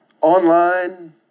Online